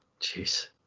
Jeez